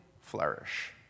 flourish